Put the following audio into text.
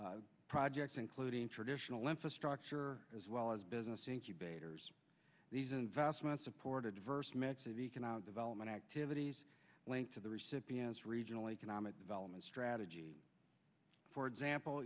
projects projects including traditional infrastructure as well as business incubators these investments support a diverse mix of economic development activities linked to the recipient's regional economic development strategy for example